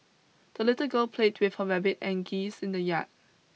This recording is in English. the little girl played with her rabbit and geese in the yard